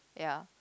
ya